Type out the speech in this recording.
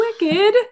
Wicked